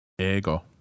Ego